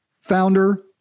founder